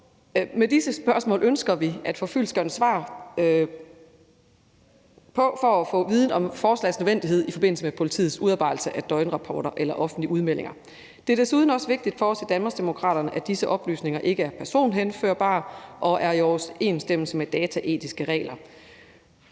Med disse spørgsmål ønsker vi at få fyldestgørende svar for at få viden om forslagets nødvendighed i forbindelse med politiets udarbejdelse af døgnrapporter eller offentlige udmeldinger. Det er desuden vigtigt for os i Danmarksdemokraterne, at disse oplysninger ikke er personhenførbare, og at de er i overensstemmelse med dataetiske regler,